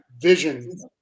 vision